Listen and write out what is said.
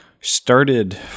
started